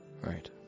Right